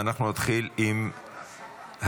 ואנחנו נתחיל עם הדוברים.